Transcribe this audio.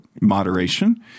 moderation